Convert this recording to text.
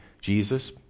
Jesus